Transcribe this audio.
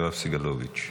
יואב סגלוביץ'.